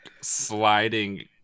sliding